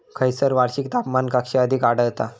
खैयसर वार्षिक तापमान कक्षा अधिक आढळता?